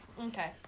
Okay